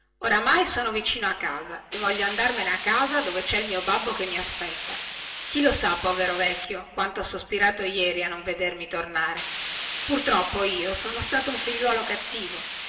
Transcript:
oramai sono vicino a casa e voglio andarmene a casa dove cè il mio babbo che maspetta chi lo sa povero vecchio quanto ha sospirato ieri a non vedermi tornare pur troppo io sono stato un figliolo cattivo